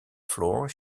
floor